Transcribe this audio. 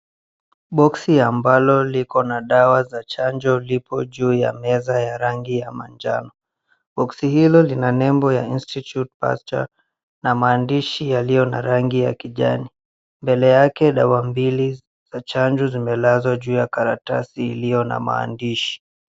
Boxi ambalo lipo na chanjo liko juu ya meza ya rangi ya manjano. Boxi hilo lina nembo ya INSTITUTE PASTEUR na maandishi yaliyo ya rangi ya kijani. Mbele yake dawa mbili za chanjo zimelazwa juu ya karatasi iliyo na maandishi.